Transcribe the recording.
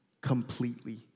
completely